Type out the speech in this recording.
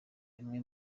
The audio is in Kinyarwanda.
bimwe